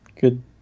Good